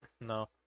no